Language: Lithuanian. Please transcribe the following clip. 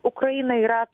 ukraina yra